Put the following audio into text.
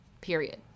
period